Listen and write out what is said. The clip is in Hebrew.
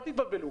אל תתבלבלו,